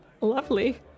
lovely